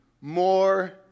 more